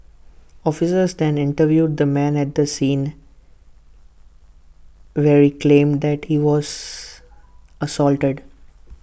officers then interviewed the man at the scene where he claimed that he was assaulted